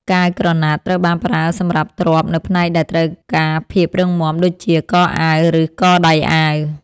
កាវក្រណាត់ ត្រូវបានប្រើសម្រាប់ទ្រាប់នៅផ្នែកដែលត្រូវការភាពរឹងមាំដូចជា កអាវ ឬកដៃអាវ។